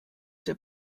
der